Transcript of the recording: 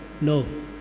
No